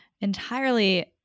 entirely –